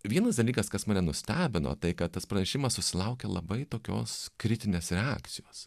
vienas dalykas kas mane nustebino tai kad tas pranešimas susilaukė labai tokios kritinės reakcijos